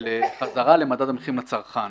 לחזרה למדד המחירים לצרכן.